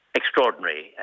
extraordinary